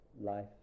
life